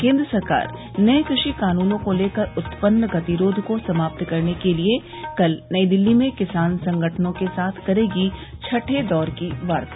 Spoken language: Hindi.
केंद्र सरकार नए कृषि कानूनों को लेकर उत्पन्न गतिरोध को समाप्त करने के लिए कल नई दिल्ली में किसान संगठनों के साथ करेगी छठे दौर की वार्ता